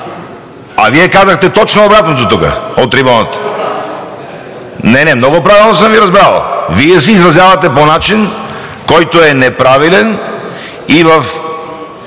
А Вие казахте точно обратното тук от трибуната. Не, не, много правилно съм Ви разбрал. Вие се изразявате по начин, който е неправилен и във